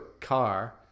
car